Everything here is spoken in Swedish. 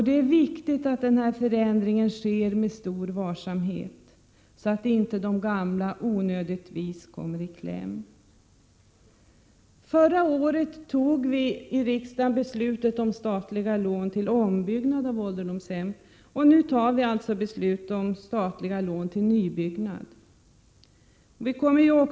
Det är viktigt att förändringarna sker med stor varsamhet, så att inte de gamla onödigtvis kommer i kläm. Förra året fattade vi i riksdagen beslut om statliga lån till ombyggnad av ålderdomshem, och nu fattar vi alltså beslut om statliga lån till nybyggnad.